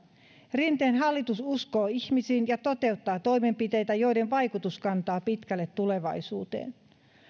rinteen hallitus uskoo ihmisiin ja toteuttaa toimenpiteitä joiden vaikutus kantaa pitkälle tulevaisuuteen